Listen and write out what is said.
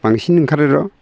बांसिन ओंखारो र'